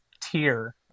tier